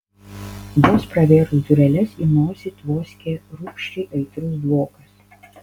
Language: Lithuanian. vos pravėrus dureles į nosį tvoskė rūgščiai aitrus dvokas